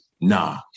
nah